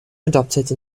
adopted